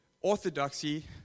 orthodoxy